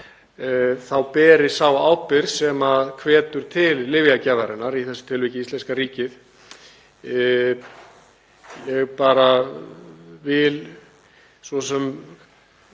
þá beri sá ábyrgð sem hvetur til lyfjagjafarinnar, í þessu tilviki íslenska ríkið. Ég vil svo sem